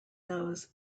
nose